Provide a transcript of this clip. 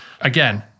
Again